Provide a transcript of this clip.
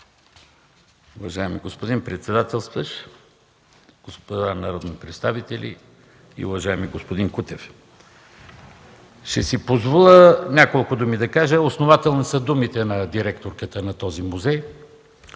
Уважаеми господин председателстващ, уважаеми народни представители, уважаеми господин Кутев! Ще си позволя да кажа няколко думи. Основателни са думите на директорката на музея.